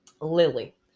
Lily